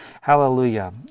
hallelujah